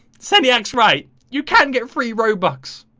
sandy acts right you can get free robux,